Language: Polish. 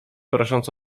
prosząc